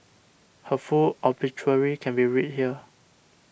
her full obituary can be read here